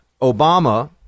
Obama